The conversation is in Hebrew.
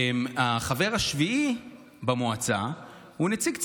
החבר השביעי במועצה הוא נציג ציבור.